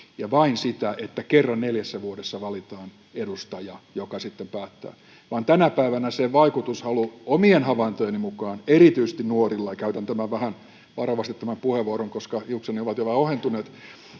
ja vain sitä, että kerran neljässä vuodessa valitaan edustaja, joka sitten päättää. Tänä päivänä se vaikutushalu, omien havaintojeni mukaan, erityisesti nuorilla — ja käytän tämän puheenvuoron vähän varovasti, koska hiukseni ovat jo vähän ohentuneet